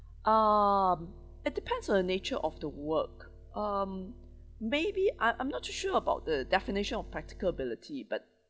um it depends on the nature of the work um maybe I I'm not too sure about the definition of practical ability but